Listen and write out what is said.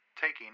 taking